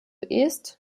ist